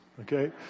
okay